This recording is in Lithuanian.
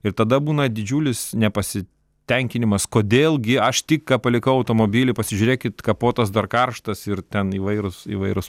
ir tada būna didžiulis nepasitenkinimas kodėl gi aš tik ką palikau automobilį pasižiūrėkit kapotas dar karštas ir ten įvairūs įvairūs